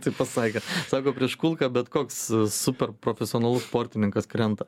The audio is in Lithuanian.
tai pasakė sako prieš kulką bet koks superprofesionalus sportininkas krenta